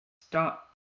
stop